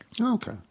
Okay